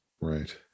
Right